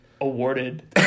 Awarded